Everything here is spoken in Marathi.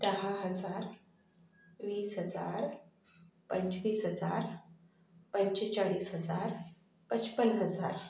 दहा हजार वीस हजार पंचवीस हजार पंचेचाळीस हजार पंचावन्न हजार